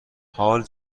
حال